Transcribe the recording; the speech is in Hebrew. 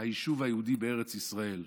היישוב היהודי בארץ ישראל,